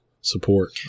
support